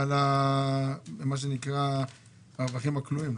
מה שנקרא הרווחים הכלואים.